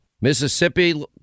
Mississippi